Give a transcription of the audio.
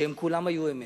שהם כולם היו אמת.